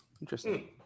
Interesting